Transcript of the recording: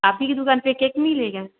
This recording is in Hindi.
आप ही की दुकान पर केक मिलेगा